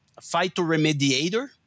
phytoremediator